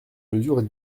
mesure